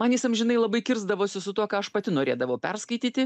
man jis amžinai labai kirsdavosi su tuo ką aš pati norėdavau perskaityti